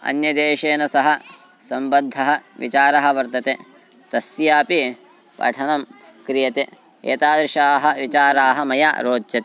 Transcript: अन्यदेशेन सह सम्बद्धाः विचाराः वर्तन्ते तस्यापि पठनं क्रियते एतादृशाः विचाराः मया रोचते